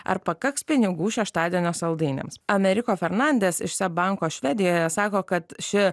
ar pakaks pinigų šeštadienio saldainiams ameriko fernandes iš seb banko švedijoje sako kad ši